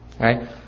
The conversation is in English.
Right